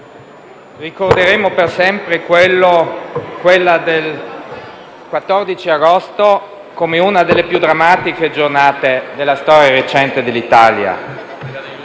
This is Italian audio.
ricorderemo per sempre quella del 14 agosto come una delle più drammatiche giornate della storia recente dell'Italia.